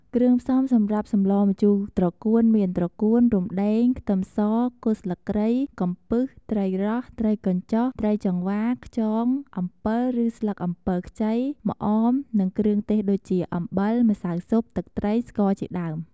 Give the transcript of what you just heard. គ្រឿងផ្សំំសម្រាប់សម្លម្ជូរត្រកួនមាន ត្រកួន រំដេង ខ្ទឹមស គល់ស្លឹកគ្រៃ កំពឹស ត្រីរ៉ស់ ត្រីកញ្ចុះ ត្រីចង្វា ខ្យង អំពិលឬស្លឹកអំពិលខ្ចី ម្អម និងគ្រឿងទេសដូចជា អំបិល ម្សៅស៊ុប ទឹកត្រី ស្ករជាដើម។